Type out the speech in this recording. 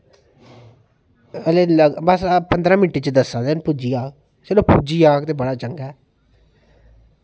ते बस पंदरां मिंट च दस्सा दे न पुज्जी जाह्ग चलो पुज्जी जाह्ग बड़ा चंगा